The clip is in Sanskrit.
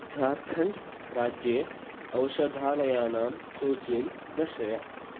झार्खण्ड् राज्ये औषधालयानां सूचीं दर्शय